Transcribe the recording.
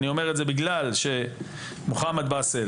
אני אומר את זה בגלל שמוחמד באסל